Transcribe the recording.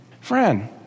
Friend